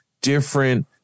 different